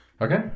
Okay